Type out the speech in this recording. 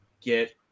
get